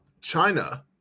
China